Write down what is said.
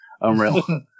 unreal